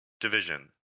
division